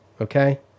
Okay